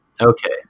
Okay